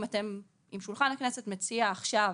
אם שולחן הכנסת מציע עכשיו